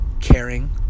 Caring